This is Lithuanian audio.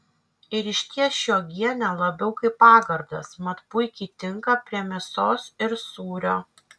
ir išties ši uogienė labiau kaip pagardas mat puikiai tinka prie mėsos ir sūrio